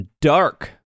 dark